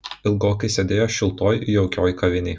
ilgokai sėdėjo šiltoj jaukioj kavinėj